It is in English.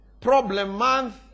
problem-month